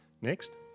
Next